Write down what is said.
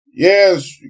Yes